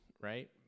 right